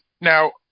Now